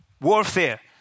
Warfare